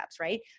right